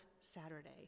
Saturday